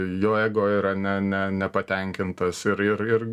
jo ego yra ne ne nepatenkintas ir ir ir